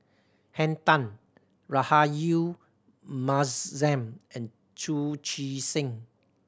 Henn Tan Rahayu Mahzam and Chu Chee Seng